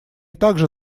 также